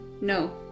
no